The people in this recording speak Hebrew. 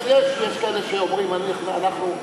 אז יש כאלה שאומרים: אנחנו,